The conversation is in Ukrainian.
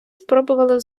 спробували